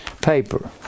paper